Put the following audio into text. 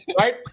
right